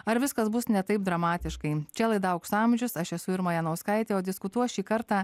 ar viskas bus ne taip dramatiškai čia laida aukso amžius aš esu irma janauskaitė o diskutuos šį kartą